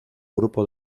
grupo